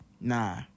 Nah